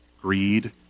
greed